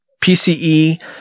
PCE